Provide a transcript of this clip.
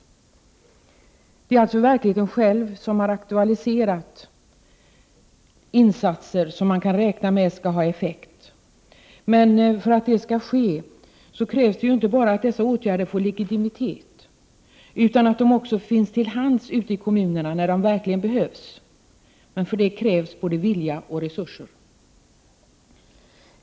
i Det är således verkligheten själv som har aktualiserat insatser som man kan räkna med skall få effekt. För att det skall ske krävs emellertid inte bara att dessa åtgärder får legitimitet, utan att de också finns till hands ute i kommunerna när de verkligen behövs. Till detta krävs både vilja och resurser.